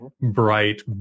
bright